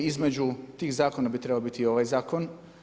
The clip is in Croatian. Između tih zakona bi trebao biti i ovaj zakon.